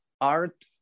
art